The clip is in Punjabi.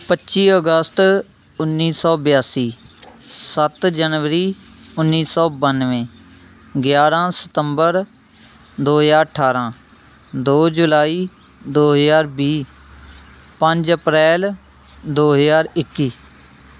ਪੱਚੀ ਅਗਸਤ ਉੱਨੀ ਸੌ ਬਿਆਸੀ ਸੱਤ ਜਨਵਰੀ ਉੱਨੀ ਸੌ ਬਾਨਵੇਂ ਗਿਆਰਾਂ ਸਤੰਬਰ ਦੋ ਹਜ਼ਾਰ ਅਠਾਰ੍ਹਾਂ ਦੋ ਜੁਲਾਈ ਦੋ ਹਜ਼ਾਰ ਵੀਹ ਪੰਜ ਅਪ੍ਰੈਲ ਦੋ ਹਜ਼ਾਰ ਇੱਕੀ